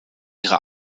ihre